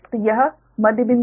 तो यह मध्य बिंदु है